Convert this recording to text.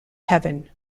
heaven